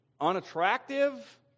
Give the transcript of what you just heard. unattractive